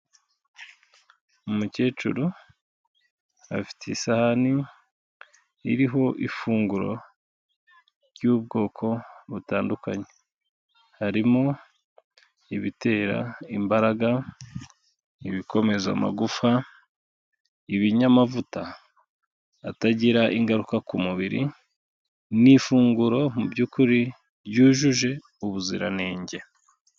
Umukecuru afite isahani iriho ifunguro ry'ubwoko butandukanye, harimo ibitera imbaraga, ibikomeza amagufa, ibinyamavuta atagira ingaruka ku mubiri, ni ifunguro mu by'ukuri ryujuje ubuziranenge.